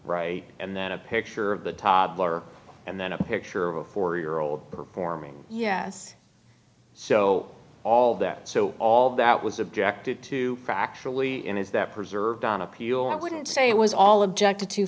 right and then a picture of the toddler and then a picture of a four year old performing yes so all that so all that was objected to practically in is that preserved on appeal i wouldn't say it was all objected to